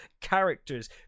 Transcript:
characters